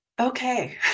Okay